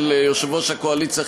של יושב-ראש הקואליציה,